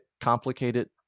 complicated